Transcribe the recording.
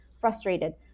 frustrated